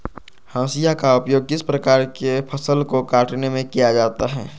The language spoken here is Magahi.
हाशिया का उपयोग किस प्रकार के फसल को कटने में किया जाता है?